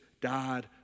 died